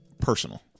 Personal